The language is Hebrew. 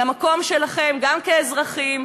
למקום שלכם גם כאזרחים,